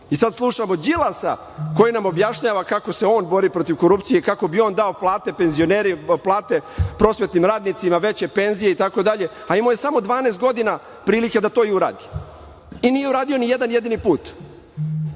I sada slušamo Đilasa koji nam objašnjava kako se on bori protiv korupcije i kako bi on dao plate prosvetnim radnicima, veće penzije itd. a, imao je samo 12 godina prilike da to i uradi. I nije uradio nijedan jedini put.